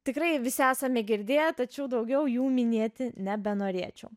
tikrai visi esame girdėję tačiau daugiau jų minėti nebenorėčiau